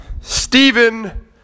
Stephen